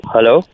Hello